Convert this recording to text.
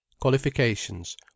Qualifications